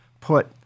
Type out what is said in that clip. put